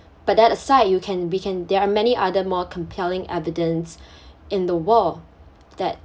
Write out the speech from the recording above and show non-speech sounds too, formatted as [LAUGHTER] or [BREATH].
but that aside you can we can there are many other more compelling evidence [BREATH] in the world that